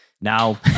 now